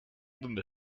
donde